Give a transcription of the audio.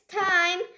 time